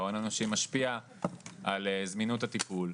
ההון האנושי משפיע על זמינות הטיפול.